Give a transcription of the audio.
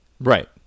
Right